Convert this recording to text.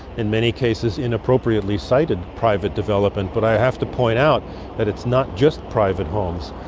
in many cases inappropriately sited private development. but i have to point out that it's not just private homes,